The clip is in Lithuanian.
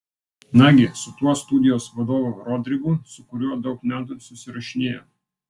nagi su tuo studijos vadovu rodrigu su kuriuo daug metų susirašinėjo